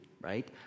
right